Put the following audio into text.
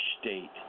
state